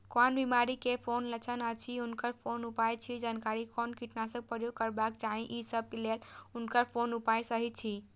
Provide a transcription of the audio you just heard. कोन बिमारी के कोन लक्षण अछि उनकर कोन उपाय अछि उनकर कोन कीटनाशक प्रयोग करबाक चाही ई सब के लेल उनकर कोन उपाय सहि अछि?